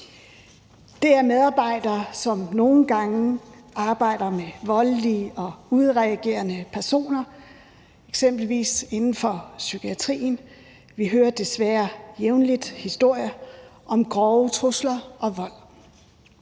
Det er medarbejdere, som nogle gange arbejder med voldelige og udadreagerende personer, eksempelvis inden for psykiatrien. Vi hører desværre jævnligt historier om grove trusler og vold